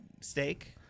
steak